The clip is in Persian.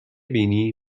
بینی